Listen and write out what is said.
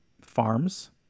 farms